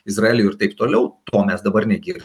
izraeliui ir taip toliau ko mes dabar negirdim